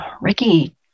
Ricky